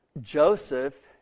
Joseph